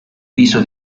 viso